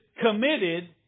committed